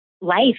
life